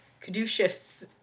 Caduceus